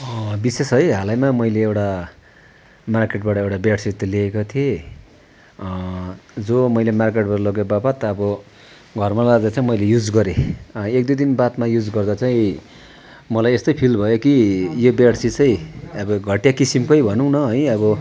विशेष है हालैमा मैले एउटा मार्केटबाट एउटा बेडसिट त लिएको थिएँ जो मैले मार्केटबाट लगेबापत अब घरमा लगेर चाहिँ मैले युज गरेँ एक दुई दिन बादमा युज गर्दा चाहिँ मलाई यस्तो फिल भयो कि यो बेडसिट चाहिँ अब घटिया किसिमकै भनौँ न है अब